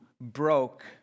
broke